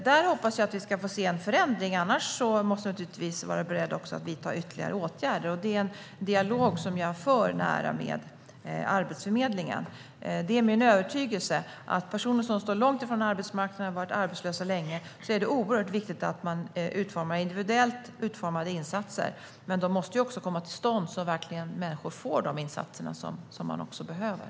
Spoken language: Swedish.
Där hoppas jag att vi ska få se en förändring; annars måste vi naturligtvis vara beredda att vidta ytterligare åtgärder. Det är också en dialog jag för med Arbetsförmedlingen. När det gäller personer som står långt ifrån arbetsmarknaden och har varit arbetslösa länge är det min övertygelse att det är oerhört viktigt att man har individuellt utformade insatser. De måste dock också komma till stånd, så att människor verkligen får de insatser de behöver.